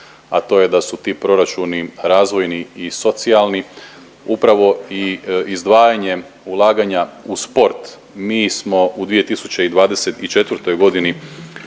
a to je da su tu proračuni razvojni i socijalni upravo i izdvajanjem ulaganja u sport mi smo u 2024. g.